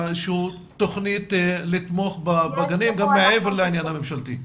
איזושהי תוכנית לתמוך בגנים גם מעבר לעניין הממשלתי.